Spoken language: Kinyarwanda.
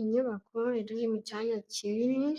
Inyubako iri mu cyanya kinini,